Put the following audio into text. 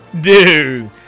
dude